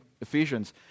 Ephesians